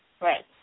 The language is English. Right